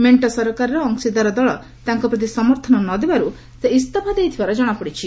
ମେଣ୍ଟ ସରକାରର ଅଂଶିଦାର ଦଳ ତାଙ୍କ ପ୍ରତି ସମର୍ଥନ ନ ଦେବାରୁ ସେ ଇସ୍ତଫା ଦେଇଥିବାର ଜଣାପଡ଼ିଛି